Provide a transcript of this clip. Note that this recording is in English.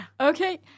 Okay